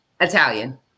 Italian